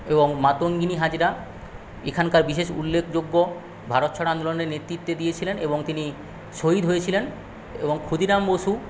এবং মাতঙ্গিনী হাজরা এখানকার বিশেষ উল্লেখযোগ্য ভারত ছাড়ো আন্দোলনের নেতৃত্ব দিয়েছিলেন এবং তিনি শহীদ হয়েছিলেন এবং ক্ষুদিরাম বসু